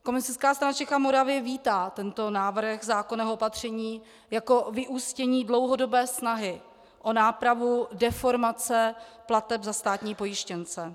Komunistická strana Čech a Moravy vítá tento návrh zákonného opatření jako vyústění dlouhodobé snahy o nápravu deformace plateb za státní pojištěnce.